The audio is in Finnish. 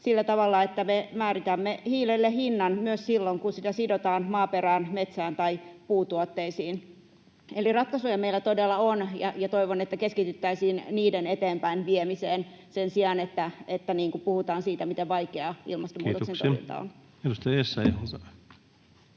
sillä tavalla, että me määritämme hiilelle hinnan myös silloin, kun sitä sidotaan maaperään, metsään tai puutuotteisiin. Eli ratkaisuja meillä todella on, ja toivon, että keskityttäisiin niiden eteenpäinviemiseen sen sijaan, että puhutaan siitä, miten vaikeaa ilmastonmuutoksen torjunta on. Kiitoksia. — Edustaja Essayah, olkaa